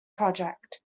project